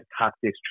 tactics